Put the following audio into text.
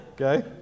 okay